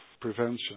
prevention